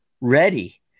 ready